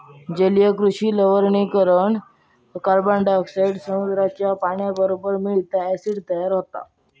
जलीय कृषि लवणीकरण कार्बनडायॉक्साईड समुद्राच्या पाण्याबरोबर मिळता, ॲसिड तयार होता